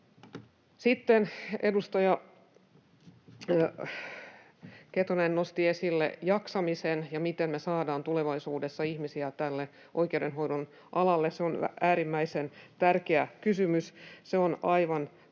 Sitten edustaja Keto-Huovinen nosti esille jaksamisen ja sen, miten me saadaan tulevaisuudessa ihmisiä tälle oikeudenhoidon alalle. Se on äärimmäisen tärkeä kysymys. Se on aivan niin